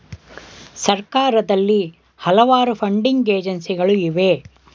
ಸರ್ಕಾರದಲ್ಲಿ ಹಲವಾರು ಫಂಡಿಂಗ್ ಏಜೆನ್ಸಿಗಳು ಇವೆ